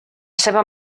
seva